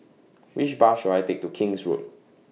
Which Bus should I Take to King's Road